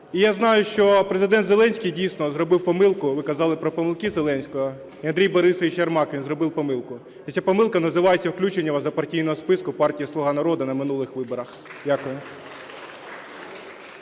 Я знаю, що Президент Зеленський дійсно зробив помилку, ви казали про помилки Зеленского, і Андрій Борисович Єрмак, він зробив помилку. І ця помилка називається: включення вас до партійного списку партії "Слуга народу" на минулих виборах. Дякую.